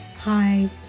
Hi